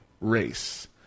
race